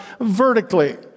vertically